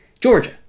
Georgia